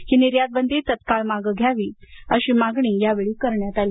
ही निर्यातबंदी तात्काळ मागे घ्यावी अशी मागणी या वेळी करण्यात आली